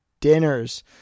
dinners